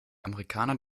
amerikaner